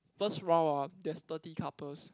first round ah there's thirty couples